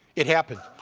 it happened.